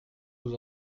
nous